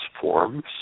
forms